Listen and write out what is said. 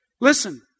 listen